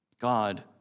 God